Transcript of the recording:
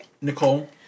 Nicole